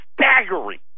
staggering